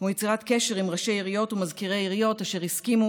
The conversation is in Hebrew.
כמו יצירת קשר עם ראשי עיריות ומזכירי עיריות אשר הסכימו